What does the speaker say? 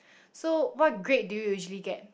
so what grade do you usually get